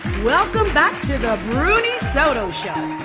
welcome back to the bruni soto show.